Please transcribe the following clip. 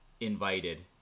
invited